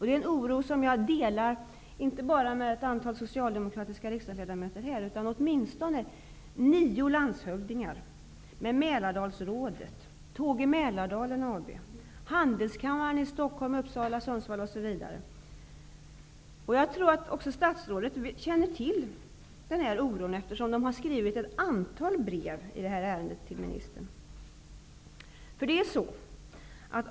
Det är en oro som jag delar inte bara med ett antal socialdemokratiska riksdagsledamöter, utan med åtminstone nio landshövdingar, Mälardalsrådet, Stockholm, Uppsala och Sundsvall, osv. Jag tror att också statsrådet känner till denna oro, eftersom man har skrivit ett antal brev i detta ärende till ministern.